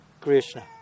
Krishna